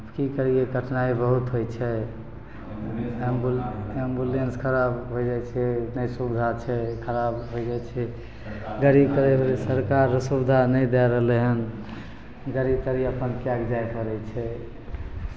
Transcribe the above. की करियै कठिनाइ बहुत होइ छै एम्बु एम्बुलेंस खराब होइ जाइ छै नहि सुविधा छै खराब होइ जाइ छै गाड़ी करयके सरकार सुविधा नहि दए रहलै हन गाड़ी ताड़ी अपन कए कऽ जाय पड़ै छै